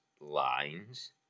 lines